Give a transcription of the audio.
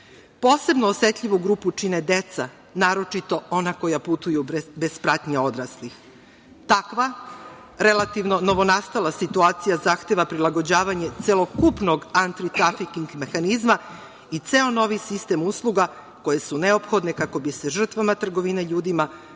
Posebno osetljivu grupu čine deca, naročito ona koja putuju bez pratnje odraslih. Takva relativno novonastala situacija zahteva prilagođavanje celokupnog antitrafiking mehanizma i ceo novi sistem usluga koje su neophodne kako bi se žrtvama trgovine ljudima